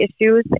issues